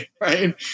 right